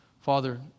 Father